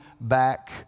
back